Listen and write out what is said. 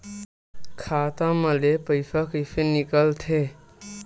खाता मा ले पईसा कइसे निकल थे?